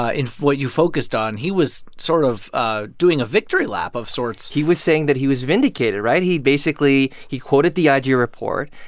ah in what you focused on. he was sort of ah doing a victory lap of sorts he was saying that he was vindicated, right? he basically he quoted the ig report,